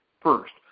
First